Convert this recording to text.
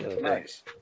Nice